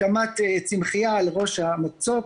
הקמת צמחייה על ראש המצוק,